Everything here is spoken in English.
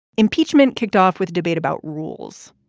impeachment kicked off with debate about rules.